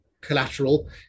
collateral